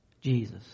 Jesus